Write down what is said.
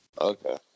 Okay